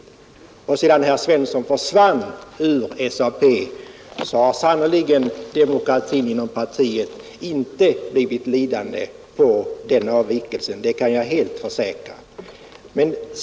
Att herr Svensson sedan försvann ur SAP har sannerligen demokratin inom partiet inte blivit lidande på, det kan jag försäkra.